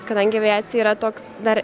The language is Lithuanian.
kadangi aviacija yra toks dar